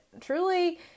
truly